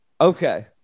Okay